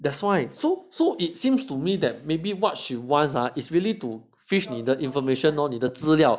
that's why so so it seems to me maybe that she wants ah is really to fish 你的 information lor 你的资料